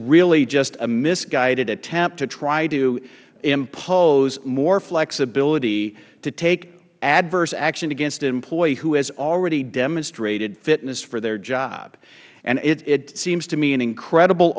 really just a misguided attempt to try to impose more flexibility to take adverse action against an employee who has already demonstrated fitness for their job it seems to me an incredible